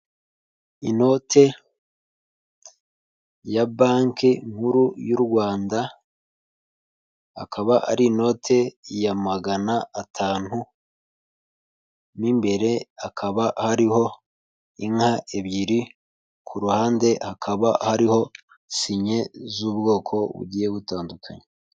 Inote ya banke nkuru y'u Rwanda, akaba ari inote ya magana atanu, mo imbere hakaba hariho inka ebyiri, ku ruhande hakaba hariho sinye z'ubwoko bugiye butandukanye.